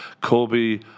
Kobe